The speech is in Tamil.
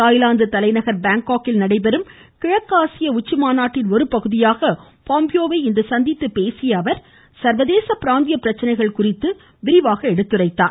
தாய்லாந்து தலைநகர் பாங்காக்கில் நடைபெறும் கிழக்காசிய உச்சிமாநாட்டின் ஒரு பகுதியாக பாம்பியோவை சந்தித்து பேசிய அவர் சர்வதேச பிராந்திய பிரச்சனைகள் குறித்தும் விரிவாக எடுத்துரைத்தார்